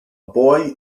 boy